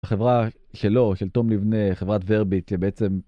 החברה שלו, של תום לבנה, חברת ורביט, שבעצם...